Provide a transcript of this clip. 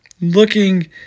looking